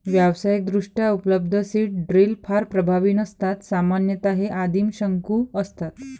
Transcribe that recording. व्यावसायिकदृष्ट्या उपलब्ध seed drill फार प्रभावी नसतात सामान्यतः हे आदिम शंकू असतात